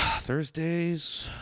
Thursdays